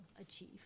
achieve